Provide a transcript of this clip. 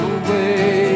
away